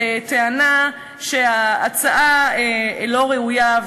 וטענת שההצעה לא ראויה,